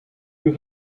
you